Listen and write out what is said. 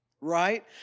right